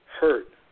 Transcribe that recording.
hurt